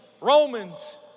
Romans